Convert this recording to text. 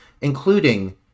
including